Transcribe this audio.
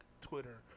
Twitter